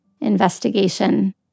investigation